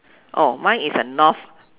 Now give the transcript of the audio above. oh why is a north